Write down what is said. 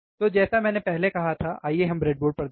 तो जैसे मैंने पहले कहा था आइए हम ब्रेडबोर्ड पर देखें